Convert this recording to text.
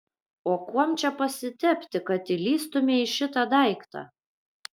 o kuom čia pasitepti kad įlįstumei į šitą daiktą